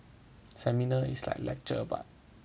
seminar is like lecture but